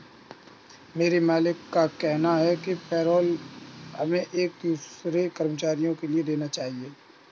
मेरे मालिक का कहना है कि पेरोल हमें एक दूसरे कर्मचारियों के लिए देना चाहिए